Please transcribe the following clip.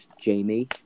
Jamie